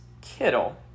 Kittle